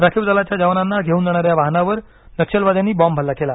राखीव दलाच्या जवानांना घेऊन जाणाऱ्या वाहनावर नक्षलवाद्यांनी बॉम्बहल्ला केला